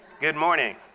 good morning.